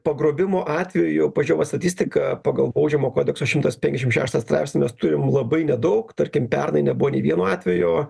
pagrobimo atveju jau pačioj va statistika pagal baudžiamo kodekso šimtas penkiasdešimt šeštą straipsnį mes turim labai nedaug tarkim pernai nebuvo nei vieno atvejo